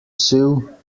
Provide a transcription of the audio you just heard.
sew